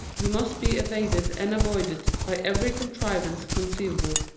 who must be evaded and avoided by every contrivance conceivable.